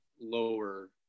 lower